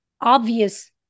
obvious